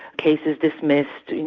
cases dismissed,